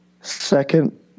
second